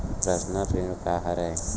Personal ऋण का हरय?